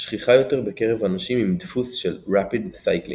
השכיחה יותר בקרב אנשים עם דפוס של Rapid Cycling